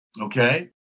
Okay